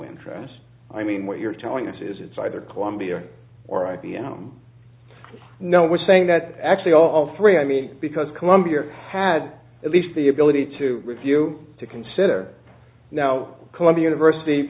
interest i mean what you're telling us is it's either columbia or i b m no one's saying that actually all three i mean because columbia had at least the ability to review to consider now columbia university